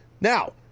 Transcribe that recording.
Now